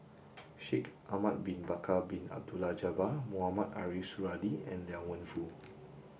Shaikh Ahmad bin Bakar Bin Abdullah Jabbar Mohamed Ariff Suradi and Liang Wenfu